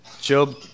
Job